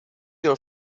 your